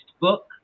book